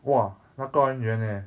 !wah! 那个很远 leh